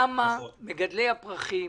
למה מגדלי הפרחים